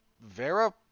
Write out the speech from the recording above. Vera